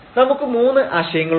നമുക്ക് മൂന്ന് ആശയങ്ങളുണ്ട്